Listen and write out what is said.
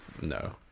no